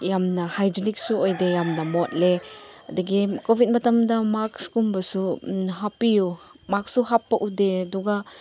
ꯌꯥꯝꯅ ꯍꯥꯏꯖꯤꯅꯤꯛꯁꯨ ꯑꯣꯏꯗꯦ ꯌꯥꯝꯅ ꯃꯣꯠꯂꯦ ꯑꯗꯒꯤ ꯀꯣꯕꯤꯗ ꯃꯇꯝꯗ ꯃꯥꯛꯁꯀꯨꯝꯕꯁꯨ ꯍꯥꯞꯄꯤꯎ ꯃꯥꯛꯁꯁꯨ ꯍꯥꯞꯄ ꯎꯗꯦ ꯑꯗꯨꯒ